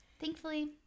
Thankfully